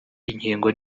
inkingo